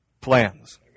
plans